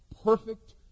Perfect